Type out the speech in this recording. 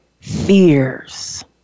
fears